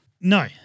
No